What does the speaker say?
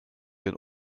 den